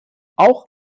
auch